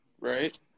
right